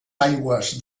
aigües